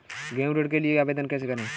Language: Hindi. गृह ऋण के लिए आवेदन कैसे करें?